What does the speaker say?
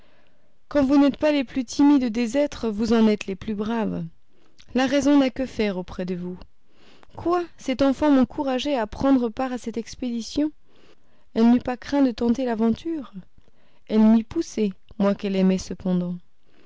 quand vous n'êtes pas les plus timides des êtres vous en êtes les plus braves la raison n'a que faire auprès de vous quoi cette enfant m'encourageait à prendre part a cette expédition elle n'eût pas craint de tenter l'aventure elle m'y poussait moi qu'elle aimait cependant